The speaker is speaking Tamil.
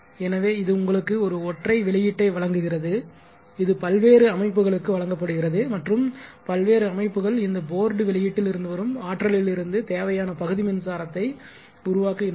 எனவே இது உங்களுக்கு ஒரு ஒற்றை வெளியீட்டை வழங்குகிறது இது பல்வேறு அமைப்புகளுக்கு வழங்கப்படுகிறது மற்றும் பல்வேறு அமைப்புகள் இந்த போர்டு வெளியீட்டில் இருந்து வரும் ஆற்றலில் இருந்து தேவையான பகுதி மின்சாரத்தை உருவாக்குகின்றன